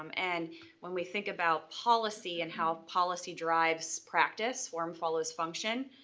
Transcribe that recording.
um and when we think about policy and how policy drives practice, form follows function,